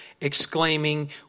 exclaiming